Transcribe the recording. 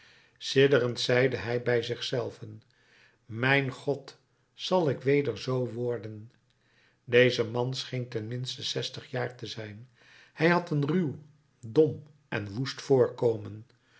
sidderend zeide hij bij zich zelven mijn god zal ik weder z worden deze man scheen ten minste zestig jaar te zijn hij had een ruw dom en woest voorkomen